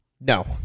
no